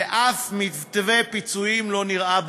ואף מתווה פיצויים לא נראה באופק.